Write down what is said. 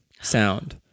sound